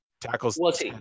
tackles